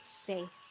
faith